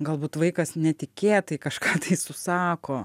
galbūt vaikas netikėtai kažką tai susako